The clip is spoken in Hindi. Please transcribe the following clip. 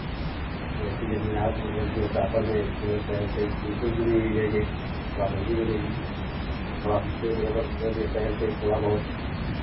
जैसी ज़मीन आपको मतलब जो है प्रॉपर में जो है शहर से बिल्कुल जुड़ी हुई लेंगे थोड़ा महंगी मिलेगी और थोड़ा बिच्चे में अगर लेंगे शहर के थोड़ा बहुत